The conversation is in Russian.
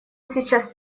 сейчас